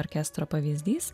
orkestro pavyzdys